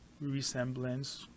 resemblance